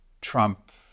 Trump